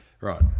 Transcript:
Right